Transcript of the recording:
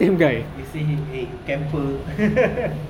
you say him eh you camper